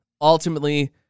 ultimately